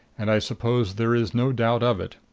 and i suppose there is no doubt of it.